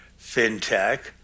fintech